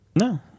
no